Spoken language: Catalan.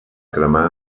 cremar